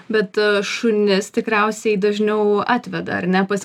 bet šunis tikriausiai dažniau atveda ar ne pas